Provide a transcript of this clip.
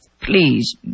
please